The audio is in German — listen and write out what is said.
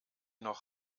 noch